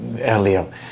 earlier